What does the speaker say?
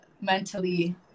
mentally